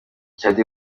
shaddy